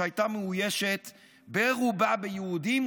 שהייתה מאוישת ברובה ביהודים,